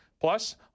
Plus